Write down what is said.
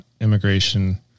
immigration